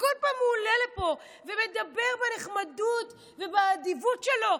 וכל פעם הוא עולה לפה ומדבר בנחמדות ובאדיבות שלו,